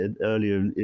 earlier